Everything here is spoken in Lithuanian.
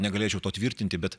negalėčiau to tvirtinti bet